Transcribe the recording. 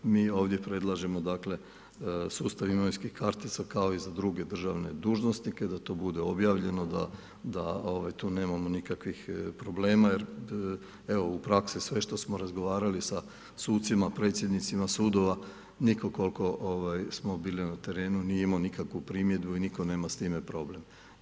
Mi ovdje predlažemo dakle, sustav imovinskih kartica kako i za druge državne dužnosnike, da to bude objavljeno, da tu nemamo nikakvih problema jer evo, u praksi sve što smo razgovarali sa sucima, predsjednicima sudova, nitko gdje smo bili na terenu nije imamo nikakvu primjedbu i nitko nema s time problem.